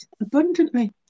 abundantly